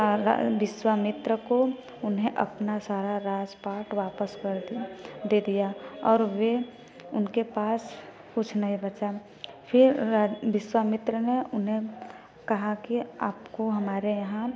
विश्वामित्र को उन्हें अपना सारा राजपाट वापस दे दे दिया और वे उनके पास कुछ नहीं बचा फिर विश्वामित्र ने उन्हें कहा कि आपको हमारे यहाँ